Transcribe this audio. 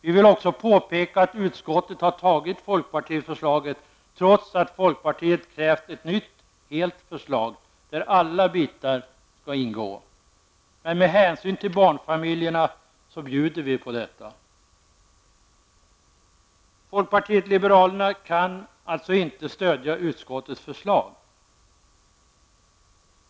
Vi vill också påpeka att utskottet har tagit folkpartiförslaget trots att folkpartiet krävt ett nytt helt förslag där alla bitar skall ingå. Men av hänsyn till barnfamiljerna bjuder vi på detta. Folkpartiet liberalerna kan alltså inte stödja utskottets förslag.